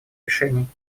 решений